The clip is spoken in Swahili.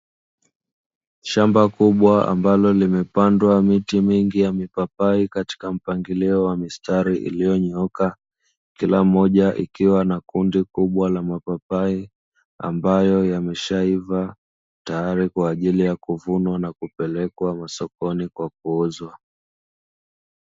Shamba kubwa, ambalo limepandwa miti mingi ya mipapai katika mpangilio wa mistari iliyonyooka, kukiwa na kundi kubwa la mapapai ambayo yameshaiva tayari kwa ajili ya kuvunwa na kupelekwa masokoni kwa kuuzwa.